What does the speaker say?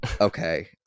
Okay